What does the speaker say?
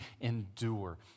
endure